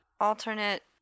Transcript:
Alternate